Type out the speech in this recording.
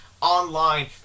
online